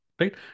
right